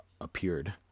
appeared